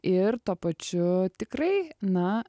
ir tuo pačiu tikrai na